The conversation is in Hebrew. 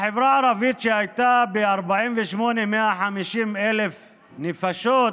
החברה הערבית, שהייתה ב-48' 150,000 נפשות,